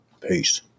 Peace